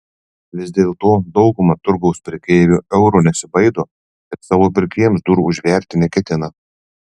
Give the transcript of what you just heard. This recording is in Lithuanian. vis dėlto dauguma turgaus prekeivių euro nesibaido ir savo pirkėjams durų užverti neketina